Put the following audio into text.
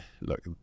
look